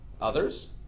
Others